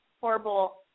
horrible